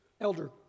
elder